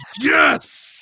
Yes